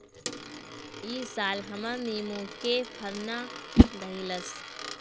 इ साल हमर निमो के फर ना धइलस